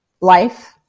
life